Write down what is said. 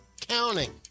counting